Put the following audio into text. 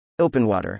OpenWater